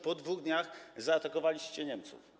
Po 2 dniach zaatakowaliście Niemców.